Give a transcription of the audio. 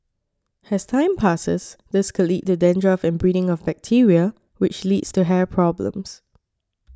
as time passes this could lead to dandruff and breeding of bacteria which leads to hair problems